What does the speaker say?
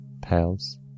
Pals